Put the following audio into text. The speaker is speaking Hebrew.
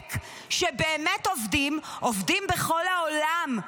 עומק שבאמת עובדים, עובדים בכל העולם.